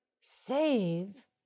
save